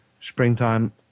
springtime